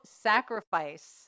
sacrifice